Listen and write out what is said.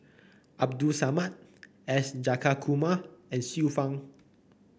Abdul Samad S Jayakumar and Xiu Fang